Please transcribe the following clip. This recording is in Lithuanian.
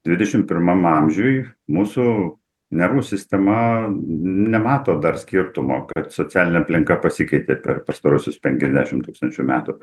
dvidešim pirmam amžiuj mūsų nervų sistema nemato dar skirtumo kad socialinė aplinka pasikeitė per pastaruosius penkiasdešim tūkstančių metų